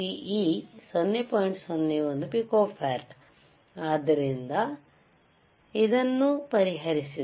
01 pico farad ಆದ್ದರಿಂದ 2 x 10 12 x 0